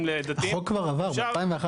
לדתיים אפשר --- החוק כבר עבר ב-2011.